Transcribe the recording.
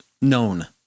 known